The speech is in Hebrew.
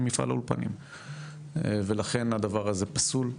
למפעל האולפנים ולכן הדבר הזה פסול,